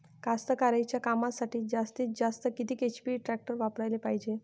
कास्तकारीच्या कामासाठी जास्तीत जास्त किती एच.पी टॅक्टर वापराले पायजे?